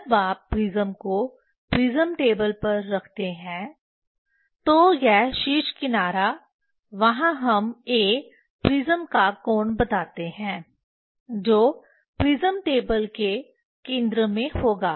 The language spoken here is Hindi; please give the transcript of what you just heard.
जब आप प्रिज़्म को प्रिज़्म टेबल पर रखते हैं तो यह शीर्ष किनारा वहां हम A प्रिज्म का कोण बताते हैं जो प्रिज्म टेबल के केंद्र में होगा